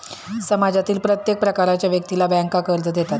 समाजातील प्रत्येक प्रकारच्या व्यक्तीला बँका कर्ज देतात